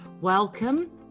Welcome